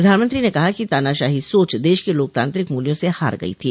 प्रधानमंत्री ने कहा कि तानाशाही सोच देश के लोकतांत्रिक मूल्यों से हार गई थी